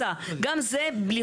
אבל זה היה עובד, עובד המועצה.